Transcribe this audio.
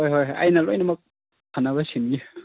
ꯍꯣꯏ ꯍꯣꯏ ꯑꯩꯅ ꯂꯣꯏꯅꯃꯛ ꯐꯖꯅ ꯁꯤꯟꯅꯤ